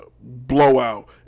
blowout